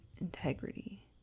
integrity